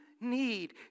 Need